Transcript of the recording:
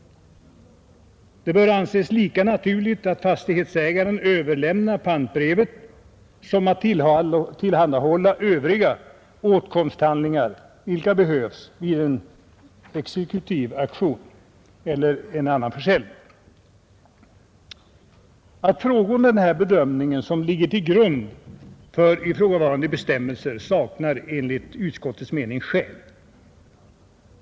Det bör anses lika naturligt att fastighetsägaren överlämnar pantbrevet som att tillhandahålla de övriga åtkomsthandlingar som behövs vid en exekutiv auktion eller annan försäljning. Att frångå den bedömning som ligger till grund för ifrågavarande bestämmelser finns det enligt utskottets mening inga skäl till.